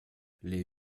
les